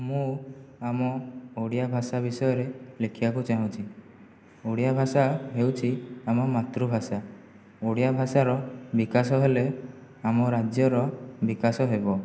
ମୁଁ ଆମ ଓଡ଼ିଆ ଭାଷା ବିଷୟରେ ଲେଖିବାକୁ ଚାହୁଁଛି ଓଡ଼ିଆ ଭାଷା ହେଉଛି ଆମ ମାତୃଭାଷା ଓଡ଼ିଆ ଭାଷାର ବିକାଶ ହେଲେ ଆମ ରାଜ୍ୟର ବିକାଶ ହେବ